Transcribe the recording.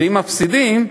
ואם מפסידים,